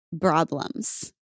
problems